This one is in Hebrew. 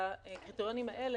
והקריטריונים האלה